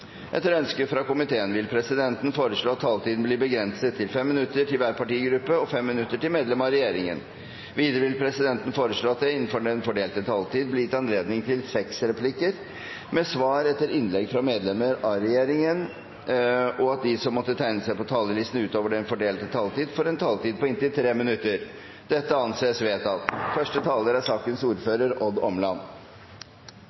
Etter ønske fra næringskomiteen vil presidenten foreslå at taletiden blir begrenset til 5 minutter til hver partigruppe og 5 minutter til medlem av regjeringen. Videre vil presidenten foreslå at det blir gitt anledning til seks replikker med svar etter innlegg fra medlem av regjeringen innenfor den fordelte taletid, og at de som måtte tegne seg på talerlisten utover den fordelte taletid, får en taletid på inntil 3 minutter. – Det anses vedtatt.